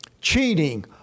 Cheating